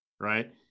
right